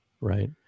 right